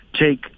take